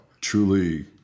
truly